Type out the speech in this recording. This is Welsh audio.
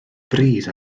bryd